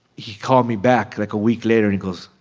he called me back like a week later. he goes,